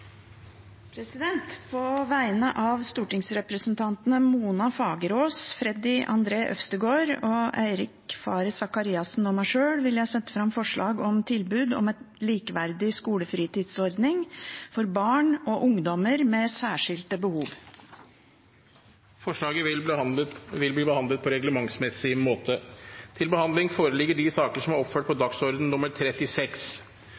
På vegne av stortingsrepresentantene Mona Fagerås, Freddy André Øvstegård, Eirik Faret Sakariassen og meg sjøl vil jeg sette fram forslag om tilbud om en likeverdig skolefritidsordning for barn og ungdommer med særskilte behov. Forslaget vil bli behandlet på reglementsmessig måte. Presidenten vil foreslå at taletiden blir begrenset til